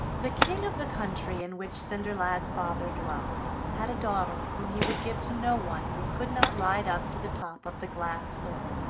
the king of the country in which cinderlad's father dwelt had a daughter whom he would give to no one who could not ride up to the top of the glass hill,